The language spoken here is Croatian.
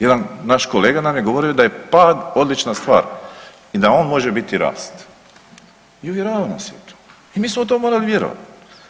Jedan naš kolega nam je govorio da je pad odlična stvar i da on može biti rast i uvjeravao nas je u to i mi smo u to morali vjerovati.